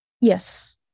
Yes